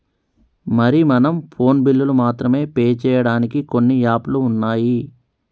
మరి మనం ఫోన్ బిల్లులు మాత్రమే పే చేయడానికి కొన్ని యాప్లు ఉన్నాయి